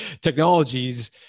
technologies